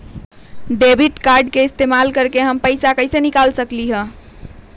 Debit card के इस्तेमाल करके हम पैईसा कईसे निकाल सकलि ह?